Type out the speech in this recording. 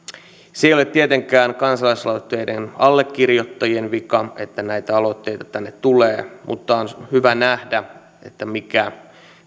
se ei ole tietenkään kansalaisaloitteiden allekirjoittajien vika että näitä aloitteita tänne tulee mutta on hyvä nähdä mikä